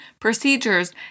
procedures